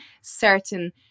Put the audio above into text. certain